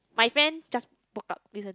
my friend just broke up recently